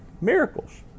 miracles